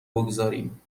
بگذاریم